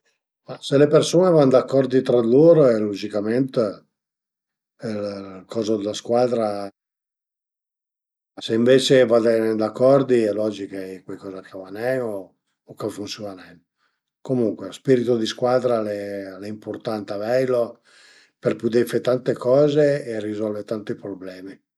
Sicürament al e stait ël periodo dël militar, perché l'ai fait ël militar ën marin-a e li a parte la disciplin-a ch'a i era, al era nen ezagerà, però a i era la disciplina e dövìe rispetela e niente al a al a mustame tante coze, ai ëmparà tante coze, sopratüt l'ai ëmparà a vive, a vive cun i auti e a ese rispetus di auti